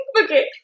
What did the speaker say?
Okay